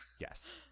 Yes